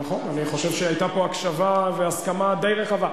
נכון, ואני חושב שהיתה פה הקשבה, והסכמה די רחבה.